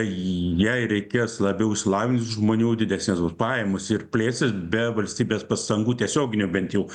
jai reikės labiau išsilavinusių žmonių didesnės bus pajamos ir plėsis be valstybės pastangų tiesioginių bent jau